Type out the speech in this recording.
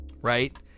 right